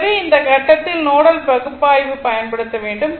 எனவே இந்த கட்டத்தில் நோடல் பகுப்பாய்வு பயன்படுத்த வேண்டும்